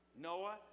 Noah